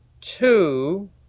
two